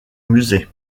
musée